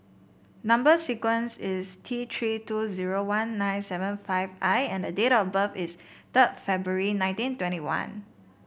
number sequence is T Three two zero one nine seven five I and the date of birth is third February nineteen twenty one